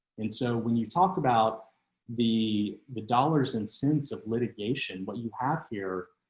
and so when you talk about the the dollars and cents of litigation, what you have here.